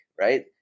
right